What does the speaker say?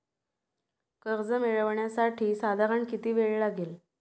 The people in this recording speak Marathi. कर्ज मिळविण्यासाठी साधारण किती वेळ लागेल?